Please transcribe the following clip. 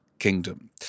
Kingdom